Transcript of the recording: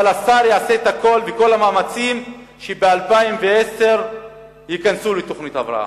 אבל השר יעשה את הכול ואת כל המאמצים שב-2010 ייכנסו לתוכנית הבראה.